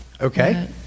Okay